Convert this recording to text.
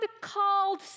called